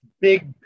big